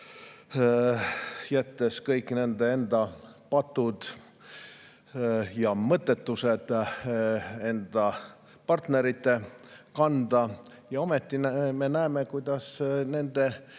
jättes kõik enda patud ja mõttetused enda partnerite kanda. Ja ometi me näeme, kuidas nende